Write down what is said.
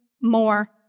more